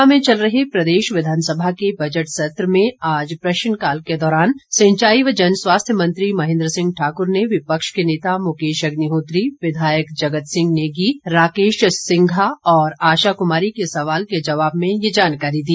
शिमला में चल रहे प्रदेश विधानसभा के बजट सत्र में आज प्रश्नकाल के दौरान सिंचाई व जनस्वास्थ्य मंत्री महेन्द्र सिंह ठाकुर ने विपक्ष के नेता मुकेश अग्निहोत्री विधायक जगत सिंह नेगी राकेश सिंघा और आशा कुमारी के सवाल के जवाब में ये जानकारी दी